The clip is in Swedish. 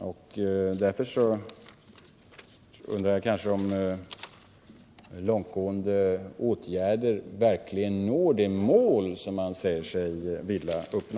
Jag undrar därför om långtgående åtgärder verkligen leder till det mål som man säger sig vilja uppnå.